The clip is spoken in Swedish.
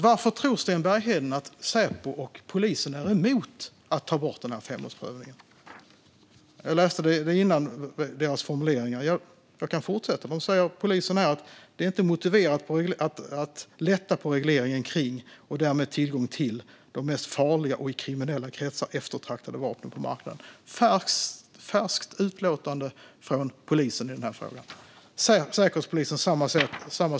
Varför tror Sten Bergheden att Säpo och polisen är emot att ta bort femårsprövningen? Jag läste upp deras formuleringar förut, och jag kan fortsätta. Polisen säger: Det är inte motiverat att lätta på regleringen kring och därmed tillgången till de mest farliga och i kriminella kretsar mest eftertraktade vapnen på marknaden. Det är ett färskt utlåtande från polisen i den här frågan. Säkerhetspolisen säger samma sak.